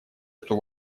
эту